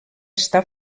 està